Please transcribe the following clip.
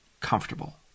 comfortable